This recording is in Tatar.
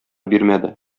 бирмәде